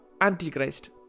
Antichrist